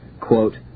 quote